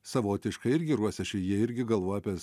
savotiškai irgi ruosiaši jie irgi galvoja apie s